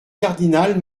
cardinal